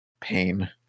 pain